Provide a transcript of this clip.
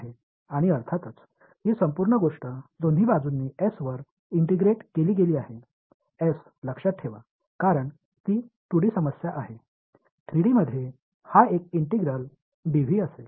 எனவே இது எங்களிடம் இருந்த விதிமுறைகளை மறுஆய்வு செய்கிறது நிச்சயமாக இந்த முழு விஷயமும் ஒருங்கிணைக்கப்பட்டது இரு தரப்பினரும் நினைவில் வைத்துக் கொள்ளப்பட்டனர் ஏனெனில் இது 2D சிக்கல்